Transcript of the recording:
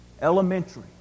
Elementary